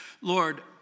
Lord